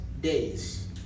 days